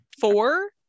Four